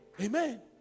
Amen